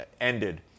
ended